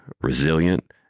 resilient